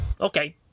Okay